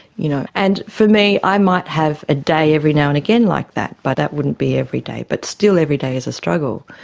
you know and for me i might have a day every now and again like that, but that wouldn't be every day. but still every day is a struggle.